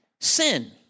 sin